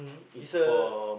is a